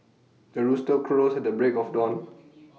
the rooster crows at the break of dawn